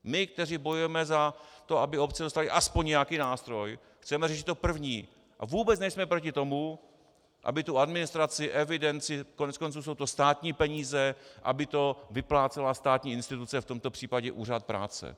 My, kteří bojujeme za to, aby obce dostaly aspoň nějaký nástroj, chceme říct, že to je první, a vůbec nejsme proti tomu, aby administraci, evidenci, koneckonců jsou to státní peníze, aby to vyplácela státní instituce, v tomto případě úřad práce.